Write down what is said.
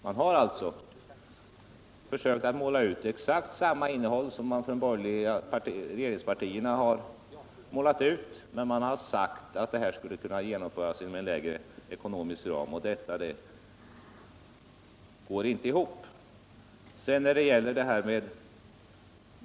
Man har från socialdemokratiskt håll försökt måla ut exakt samma innehåll som de borgerliga regeringspartierna men sagt att det hela skulle kunna genomföras inom en mindre ekonomisk ram, och det går inte ihop.